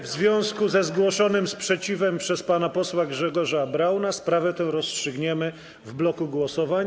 W związku ze zgłoszonym sprzeciwem przez pana posła Grzegorza Brauna sprawę tę rozstrzygniemy w bloku głosowań.